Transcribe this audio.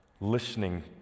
listening